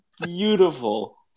beautiful